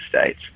States